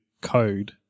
code